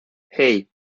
hey